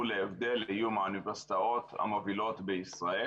להבדל יהיו מהאוניברסיטאות המובילות בישראל.